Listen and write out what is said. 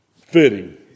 fitting